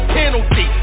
penalty